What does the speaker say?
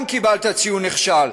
גם קיבלת ציון נכשל,